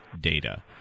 data